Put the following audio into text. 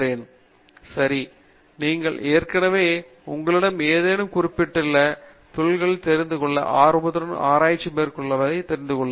பேராசிரியர் பிரதாப் ஹரிதாஸ் சரி நீங்கள் ஏற்கனவே உங்களிடம் ஏதேனும் குறிப்பிட்டுள்ள தொழில்களைத் தெரிந்துகொள்ள ஆர்வத்துடன் ஆராய்ச்சி மேற்கொள்வதைத் தெரிந்துகொள்கிறீர்கள்